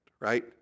right